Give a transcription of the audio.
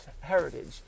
Heritage